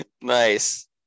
Nice